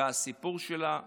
והסיפור שלה נגמר.